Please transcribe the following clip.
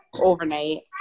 overnight